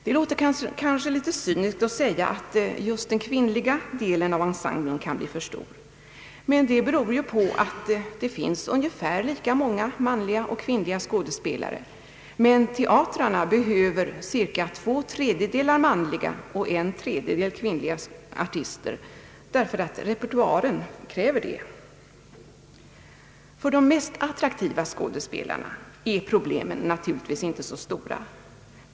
Det låter kanske cyniskt att säga att just den kvinnliga delen av emsemblen kan bli för stor, men det beror ju på att det finns ungefär lika många manliga och kvinnliga skådespelare, medan teatrarna behöver ungefär två tredjedelar manliga och en tredjedel kvinnliga artister, eftersom repertoaren kräver det. För de mest attraktiva skådespelarna är problemen naturligtvis inte så stora.